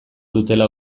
dutela